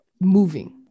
moving